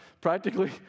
Practically